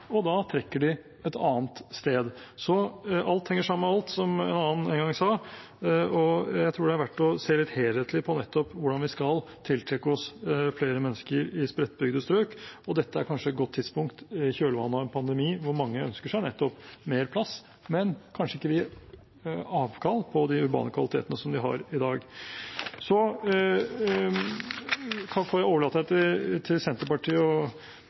og da trekker de til et annet sted. Alt henger sammen med alt, som en annen en gang sa, og jeg tror det er verdt å se litt helhetlig på nettopp hvordan vi skal tiltrekke oss flere mennesker i spredtbygde strøk. Dette er kanskje et godt tidspunkt, i kjølvannet av en pandemi, hvor mange ønsker seg nettopp mer plass, men kanskje ikke vil gi avkall på de urbane kvalitetene de har i dag. Så overlater jeg til Senterpartiet å bli enig med sin potensielle regjeringspartner Arbeiderpartiet, som jeg nå legger merke til